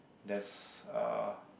there's uh